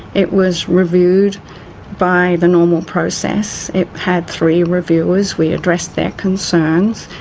it was reviewed by the normal process, it had three reviewers, we addressed their concerns,